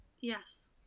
Yes